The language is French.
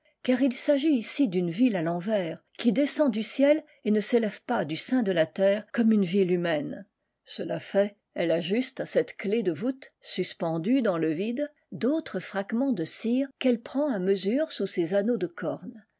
car il s'agit ici d'une ville à l'envers qui descend du ciel et ne s'élève pas du sein de la terre comme une ville humaine cela fait elle ajuste à cette clef de voûte suspendue dans le vide d'autres fragments de cire qu'elle prend à mesure sous ses anneaux je corne